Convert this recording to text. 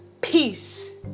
peace